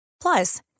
Plus